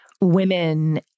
women